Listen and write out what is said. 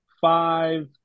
five